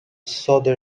صادر